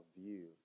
view